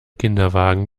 kinderwagen